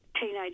teenage